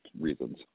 reasons